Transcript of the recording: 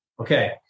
Okay